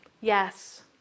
Yes